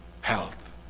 health